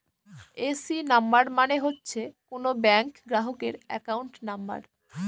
AC number মানে হচ্ছে কোনো ব্যাঙ্ক গ্রাহকের একাউন্ট নাম্বার